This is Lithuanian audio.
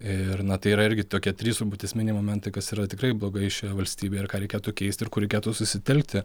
ir na tai yra irgi tokie trys turbūt esminiai momentai kas yra tikrai blogai šioje valstybėj ir ką reikėtų keisti ir kur reikėtų susitelkti